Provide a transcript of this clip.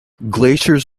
glaciers